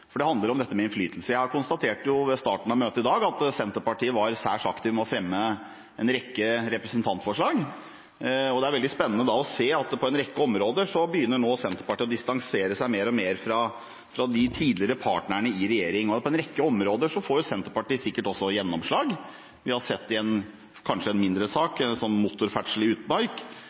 for det handler om dette med innflytelse. Jeg konstaterte ved starten av møtet i dag at Senterpartiet var særs aktive med å fremme en rekke representantforslag, og det er veldig spennende da å se at på en rekke områder begynner Senterpartiet nå å distansere seg mer og mer fra de tidligere partnerne i regjering, og på en rekke områder får Senterpartiet sikkert også gjennomslag. Vi har sett det i kanskje en mindre sak, om motorferdsel i utmark.